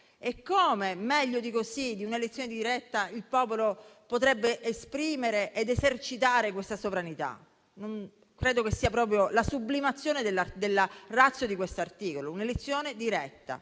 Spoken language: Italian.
E come meglio di così, di un'elezione diretta, il popolo potrebbe esprimere ed esercitare questa sovranità? Credo che sia proprio la sublimazione della *ratio* di questo articolo: un'elezione diretta